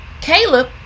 caleb